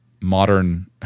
modern